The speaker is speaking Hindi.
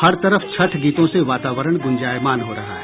हर तरफ छठ गीतों से वातावरण गुंजायमान हो रहा है